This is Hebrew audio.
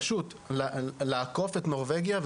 פשוט לעקוף את נורבגיה,